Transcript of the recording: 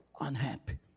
unhappy